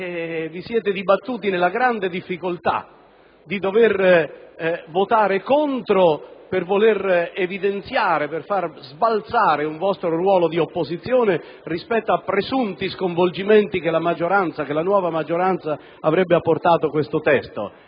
vi siete dibattuti nella grande difficoltà di dover votare contro per voler evidenziare un vostro ruolo di opposizione rispetto a presunti sconvolgimenti che la nuova maggioranza avrebbe apportato al testo,